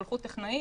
שלחו טכנאי,